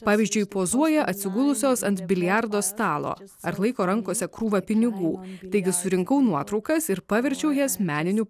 pavyzdžiui pozuoja atsigulusios ant biliardo stalo ar laiko rankose krūvą pinigų taigi surinkau nuotraukas ir paverčiau jas meniniu